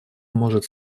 может